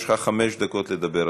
יש לך חמש דקות לדבר,